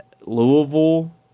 Louisville